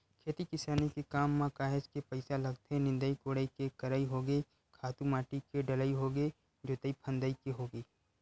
खेती किसानी के काम म काहेच के पइसा लगथे निंदई कोड़ई के करई होगे खातू माटी के डलई होगे जोतई फंदई के होगे